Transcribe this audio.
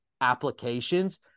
applications